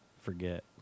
forget